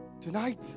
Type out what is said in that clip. Tonight